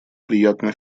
приятно